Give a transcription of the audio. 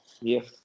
Yes